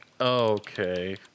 Okay